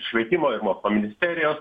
švietimo ir mokslo ministerijos